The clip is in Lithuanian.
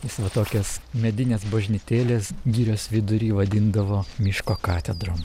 jis va tokias medines bažnytėles girios vidury vadindavo miško katedrom